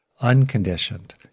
unconditioned